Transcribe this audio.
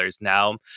now